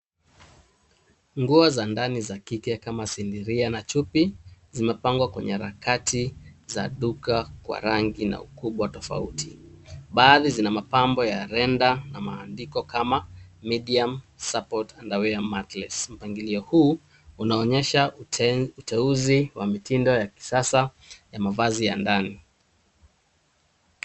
Nguo za ndani za kike kama sindiria na chupi zimepangwa kwenye rakati za duka kwa rangi na ukubwa tofauti. Baadhi zina mapambo ya renda na maandiko kama medium, support and aware matless[cs. Mpangilio huu unaonyesha uteuzi wa mitindo ya kisasa ya mavazi ya ndani.